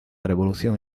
revolución